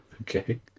Okay